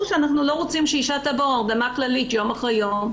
יש פרוטוקולים.